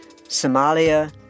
Somalia